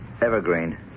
Evergreen